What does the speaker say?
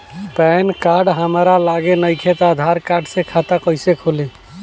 Pan card हमरा लगे नईखे त आधार कार्ड से खाता कैसे खुली?